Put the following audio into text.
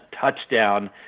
touchdown